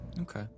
Okay